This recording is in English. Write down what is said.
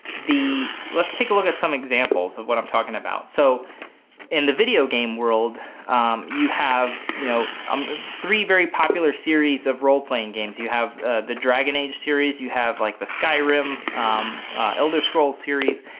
the, let's take a look at some examples of what i'm talking about. so in the video game world you have, you know, three very popular series of role-playing games you have the dragon age series, you have like the skyrim elder scrolls series,